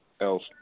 else